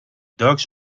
dogs